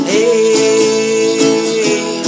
Hey